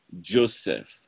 Joseph